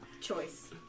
Choice